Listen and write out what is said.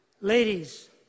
Ladies